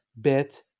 bit